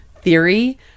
theory